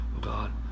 God